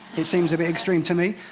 it seems a bit extreme to me.